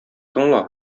тыңла